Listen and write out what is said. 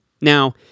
Now